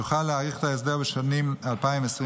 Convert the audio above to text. יוכל להאריך את ההסדר בשנים 2028-2027,